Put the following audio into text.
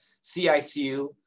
CICU